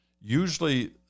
Usually